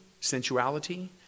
sensuality